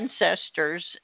ancestors